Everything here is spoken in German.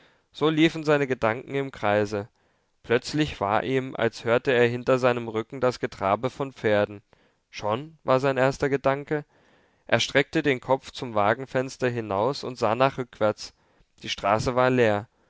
so liefen seine gedanken im kreise plötzlich war ihm als hörte er hinter seinem rücken das getrabe von pferden schon war sein erster gedanke er steckte den kopf zum wagenfenster hinaus sah nach rückwärts die straße war leer